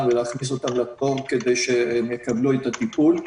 ולהכניס אותם לתור כדי שהם יקבלו את הטיפול.